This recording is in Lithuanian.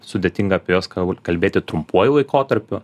sudėtinga apie juos galbūt kalbėti trumpuoju laikotarpiu